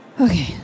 Okay